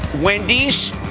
wendy's